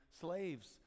slaves